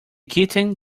kitten